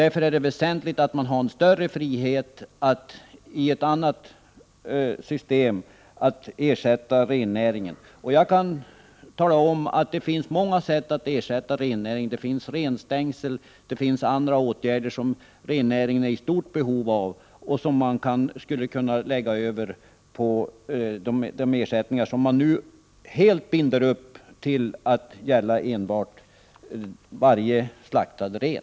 Därför är det väsentligt att man har en större frihet i ett annat system när det gäller att ersätta rennäringen. Jag kan tala om, att det finns många sätt att ersätta rennäringen. Det finns renstängsel och det finns andra åtgärder som rennäringen är i stort behov av och där man skulle kunna lägga över de ersättningar som man nu helt binder upp till att gälla enbart varje slaktad ren.